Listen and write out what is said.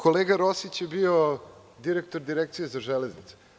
Kolega Rosić je bio direktor Direkcije za železnice.